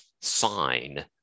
sign